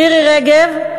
מירי רגב,